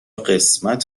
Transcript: قسمت